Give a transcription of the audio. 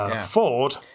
Ford